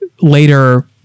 later